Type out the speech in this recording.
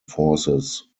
forces